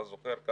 אתה זוכר,